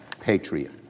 patriot